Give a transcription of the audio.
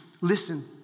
listen